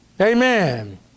Amen